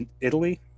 Italy